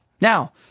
Now